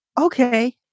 okay